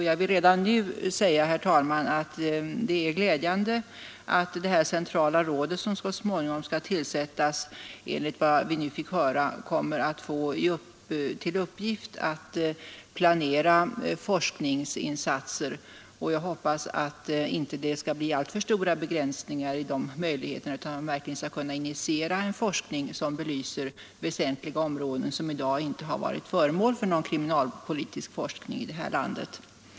Jag vill redan nu säga, herr talman, att det är glädjande att det centrala råd som så småningom skall tillsättas, enligt vad vi nu har fått höra, kommer att få till uppgift att planera forskningens insatser. Jag hoppas att det inte skall bli alltför stora begränsningar i de möjligheterna utan att rådet verkligen skall kunna initiera en forskning som belyser väsentliga områden som inte varit föremål för någon kriminalpolitisk forskning i detta land.